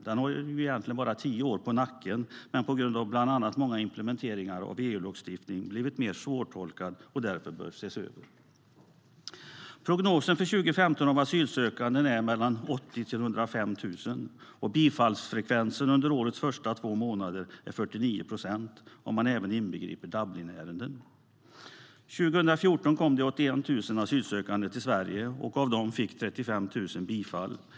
Den har egentligen bara tio år på nacken, men på grund av bland annat många implementeringar av EU lagstiftning har den blivit mer svårtolkad och behöver därför ses över. Prognosen för antalet asylsökande år 2015 är mellan 80 000 och 105 000. Bifallsfrekvensen var under årets två första månader 49 procent, om man inbegriper Dublinärenden. År 2014 kom det 81 000 asylsökande till Sverige. Av dem fick 35 000 bifall.